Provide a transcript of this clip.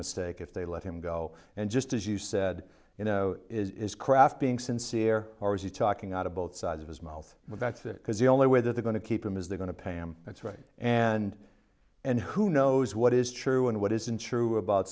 mistake if they let him go and just as you said you know is kraft being sincere or is he talking out of both sides of his mouth but that's it because the only way that the going to keep him is they're going to pay him that's right and and who knows what is true and what isn't true about